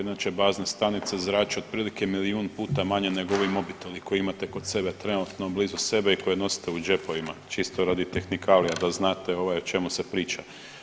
Inače bazna stanica zrači otprilike milijun puta manje nego ovi mobiteli koji imate kod sebe trenutno blizu sebe i koje nosite u džepovima, čisto radi tehnikalija da znate ovaj o čemu se priča.